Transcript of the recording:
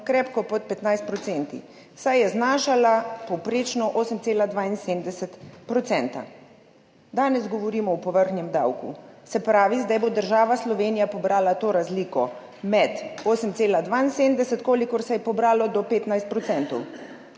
krepko pod 15 %, saj je znašala povprečno 8,72 %. Danes govorimo o povrhnjem davku. Se pravi, zdaj bo država Slovenija pobrala to razliko med 8,72, kolikor se je pobralo, do 15 %.